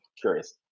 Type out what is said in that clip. curious